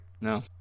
No